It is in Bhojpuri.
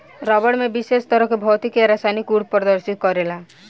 रबड़ में विशेष तरह के भौतिक आ रासायनिक गुड़ प्रदर्शित करेला